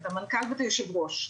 את המנכ"ל ואת היושב-ראש,